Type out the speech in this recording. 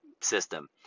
system